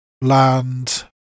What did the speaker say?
land